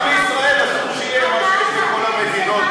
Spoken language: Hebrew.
רק לישראל אסור שיהיה מה שיש לכל המדינות,